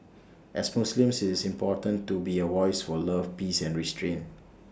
as Muslims it's important to be A voice for love peace and restraint